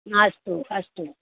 अस्तु अस्तु